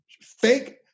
fake